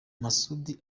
masudi